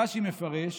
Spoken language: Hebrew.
רש"י מפרש: